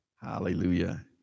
Hallelujah